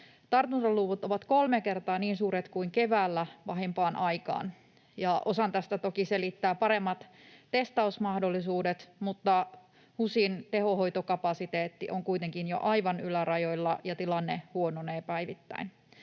Tartuntaluvut ovat kolme kertaa niin suuret kuin keväällä pahimpaan aikaan. Osan tästä toki selittää paremmat testausmahdollisuudet, mutta HUSin tehohoitokapasiteetti on kuitenkin jo aivan ylärajoilla ja tilanne huononee päivittäin.